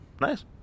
Nice